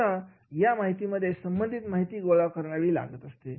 आता यामध्ये संबंधित माहिती घटनेसाठी गोळा करावी लागते